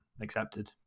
accepted